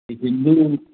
Hindu